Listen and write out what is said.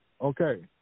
Okay